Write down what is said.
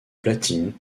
platine